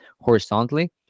horizontally